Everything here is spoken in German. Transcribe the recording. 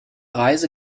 reise